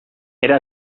era